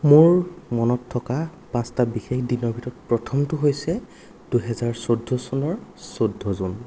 মোৰ মনত থকা পাঁচটা বিশেষ দিনৰ ভিতৰত প্ৰথমটো হৈছে দুহেজাৰ চৈধ্য চনৰ চৈধ্য জুন